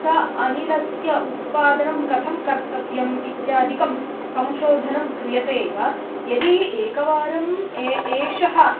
अनिलस्य उत्पादनं कथं कर्तव्यम् इत्यादिकं संशोधनं क्रियते एव यदि एकवारम् ए एषः